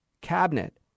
cabinet